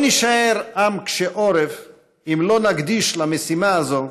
לא נישאר עם קשה עורף אם לא נקדיש למשימה הזו,